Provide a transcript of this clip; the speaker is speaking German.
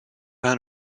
herrn